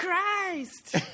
Christ